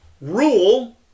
rule